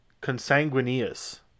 Consanguineous